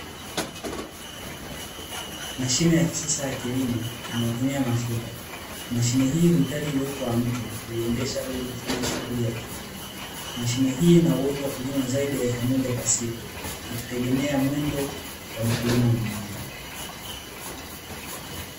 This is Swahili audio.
Mashine ya kisasa ya kilimo inayotumia mafuta. Mashine hiyo huhitaji uwepo wa mtu kuiendesha ili kufanya shughuli ya kilimo. Mashine hii ina uwezo wa kulima zaidi ya heka moja kwa siku, ikitegemea mwendo wa mkulima mwenyewe.